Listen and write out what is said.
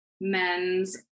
men's